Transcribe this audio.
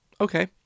okay